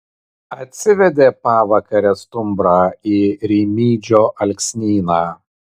atsivedė pavakare stumbrą į rimydžio alksnyną